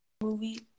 movie